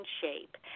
shape